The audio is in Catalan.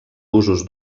usos